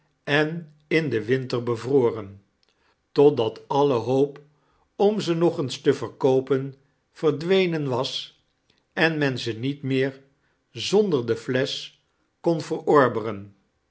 en in den winter bevroren totdat ajfle hoop om ze nog eens te verkpopen verdwenen was en men ze ndeft-meef zander de flesch kon verorberei